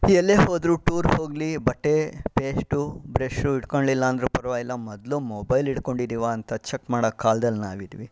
ಎಲ್ಲೇ ಹೋದರು ಟೂರ್ಗೆ ಹೋಗಲಿ ಬಟ್ಟೆ ಪೇಸ್ಟು ಬ್ರೆಷು ಹಿಡ್ಕೊಳ್ಳಲಿಲ್ಲ ಅಂದರೂ ಪರವಾಗಿಲ್ಲ ಮೊದಲು ಮೊಬೈಲ್ ಹಿಡ್ಕೊಂಡಿದ್ದೀವ ಅಂತ ಚೆಕ್ ಮಾಡೋ ಕಾಲ್ದಲ್ಲಿ ನಾವಿದ್ದೀವಿ